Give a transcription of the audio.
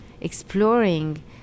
exploring